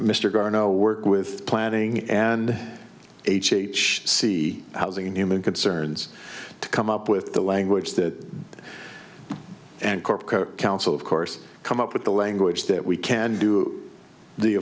mr garneau work with planning and h h c housing and human concerns to come up with the language that and course council of course come up with the language that we can do the